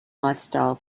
lifestyle